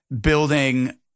building